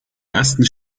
ersten